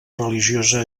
religiosa